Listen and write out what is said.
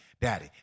daddy